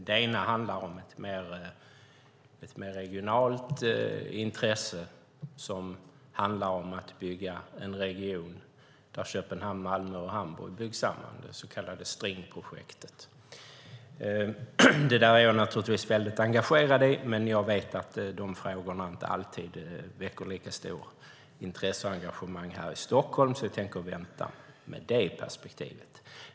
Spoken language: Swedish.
Det ena är ett mer regionalt intresse som handlar om att bygga en region där Köpenhamn, Malmö och Hamburg byggs samman, det så kallade Stringprojektet. Det är jag naturligtvis väldigt engagerad i. Men jag vet att de frågorna inte alltid väcker lika stort intresse och engagemang här i Stockholm, så jag tänker vänta med det perspektivet.